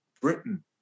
Britain